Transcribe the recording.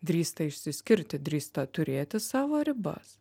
drįsta išsiskirti drįsta turėti savo ribas